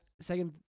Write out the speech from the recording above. second